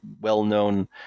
well-known